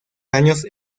años